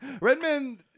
Redman